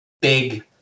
big